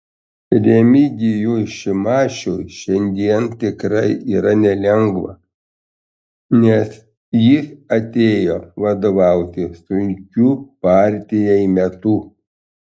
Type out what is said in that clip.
remigijui šimašiui šiandien tikrai yra nelengva nes jis atėjo vadovauti sunkiu partijai metu